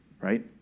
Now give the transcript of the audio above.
right